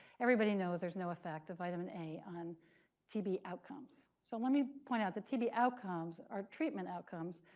everybody knows there's no effect of vitamin a on tb outcomes. so let me point out the tb outcomes, our treatment outcomes.